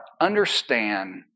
understand